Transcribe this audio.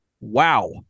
wow